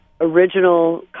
original